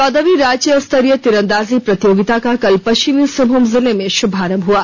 चौदहवीं राज्य स्तरीय तीरंदाजी प्रतियोगिता का कल पश्चिमी सिंहभूम जिले में शुभारंभ हुआ